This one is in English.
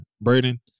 Braden